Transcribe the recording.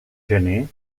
gener